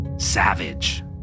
Savage